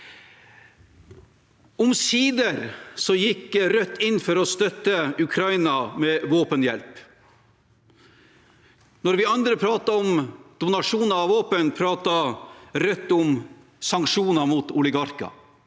Omsider gikk Rødt inn for å støtte Ukraina med våpenhjelp. Når vi andre prater om donasjon av våpen, prater Rødt om sanksjoner mot oligarker.